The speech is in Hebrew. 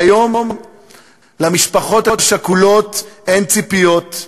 היום למשפחות השכולות אין ציפיות,